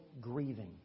grieving